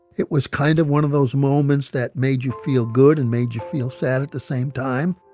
it was kind of one of those moments that made you feel good and made you feel sad at the same time